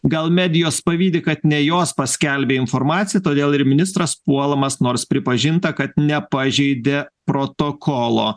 gal medijos pavydi kad ne jos paskelbė informaciją todėl ir ministras puolamas nors pripažinta kad nepažeidė protokolo